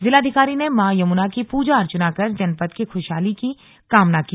जिलाधिकारी ने मां यमुना की पूजा अर्चना कर जनपद की खुशहाली की कामना की